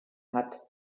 hat